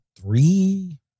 three